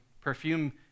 Perfume